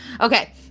Okay